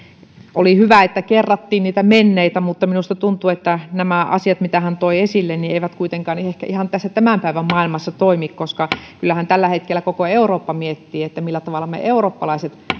oli hyvä että kerrattiin niitä menneitä mutta minusta tuntuu että nämä asiat mitä hän toi esille eivät kuitenkaan ehkä ihan tässä tämän päivän maailmassa toimi koska kyllähän tällä hetkellä koko eurooppa miettii millä tavalla me eurooppalaiset